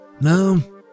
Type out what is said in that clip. no